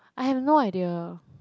I have no idea